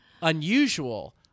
unusual